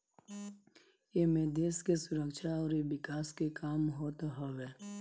एमे देस के सुरक्षा अउरी विकास के काम होत हवे